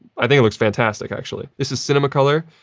i think it looks fantastic, actually. this is cinema color.